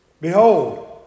Behold